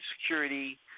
security